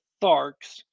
Tharks